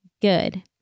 good